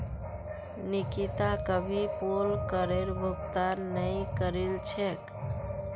निकिता कभी पोल करेर भुगतान नइ करील छेक